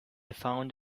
found